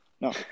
No